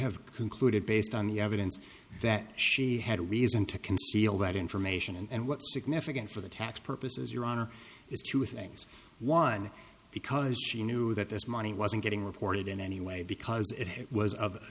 have concluded based on the evidence that she had reason to conceal that information and what's significant for the tax purposes your honor is two things one because she knew that this money wasn't getting reported in any way because it was of